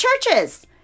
churches